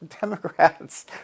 Democrats